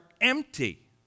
empty